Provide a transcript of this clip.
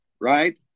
right